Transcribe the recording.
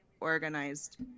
organized